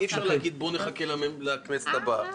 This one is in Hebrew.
אי-אפשר להגיד: בוא נחכה לכנסת הבאה.